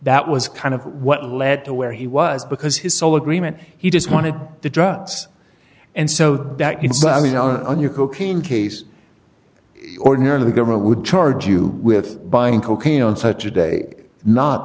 that was kind of what led to where he was because his sole agreement he just wanted the drugs and so that you know so i mean on your cocaine case ordinarily the government would charge you with buying cocaine on such a day not